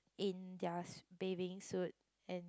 in their swi~ bathing suit and